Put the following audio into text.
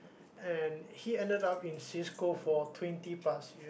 and he ended in Cisco for twenty plus year